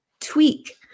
tweak